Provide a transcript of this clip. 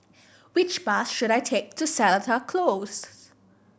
which bus should I take to Seletar Close